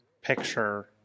picture